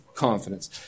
confidence